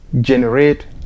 Generate